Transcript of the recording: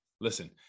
listen